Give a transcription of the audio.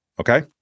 Okay